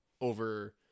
over